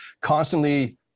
constantly